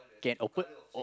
can open